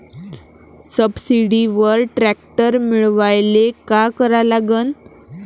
सबसिडीवर ट्रॅक्टर मिळवायले का करा लागन?